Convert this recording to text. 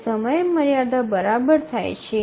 તે સમયમર્યાદા બરાબર થાય છે